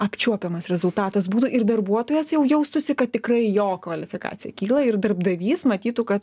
apčiuopiamas rezultatas būtų ir darbuotojas jau jaustųsi kad tikrai jo kvalifikacija kyla ir darbdavys matytų kad